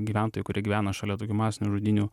gyventojų kurie gyvena šalia tokių masinių žudynių